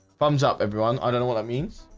thumbs up everyone. i don't know what that means.